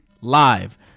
live